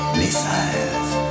missiles